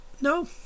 no